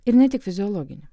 ir ne tik fiziologinį